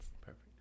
Perfect